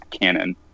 canon